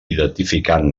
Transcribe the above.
identificant